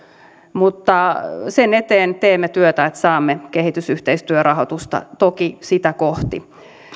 mutta sen eteen toki teemme työtä että saamme kehitysyhteistyörahoitusta sitä kohti